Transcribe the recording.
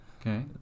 Okay